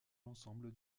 l’ensemble